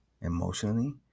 emotionally